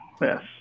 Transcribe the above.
Yes